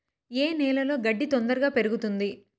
ఏ నేలలో గడ్డి తొందరగా పెరుగుతుంది